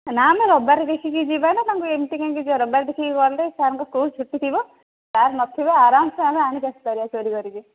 ନା ମ ରବିବାର ଦେଖିକି ଯିବା ନା ତାଙ୍କୁ ଏମିତି କେମିତି ଯିବା ରବିବାର ଦେଖିକି ଗଲେ ସାର୍ଙ୍କ ସ୍କୁଲ୍ ଛୁଟି ଥିବ ସାର୍ ନଥିବେ ଆରମ୍ସେ ଆମେ ଆଣିକି ଆସି ପାରିବା ଚୋରି କରିକି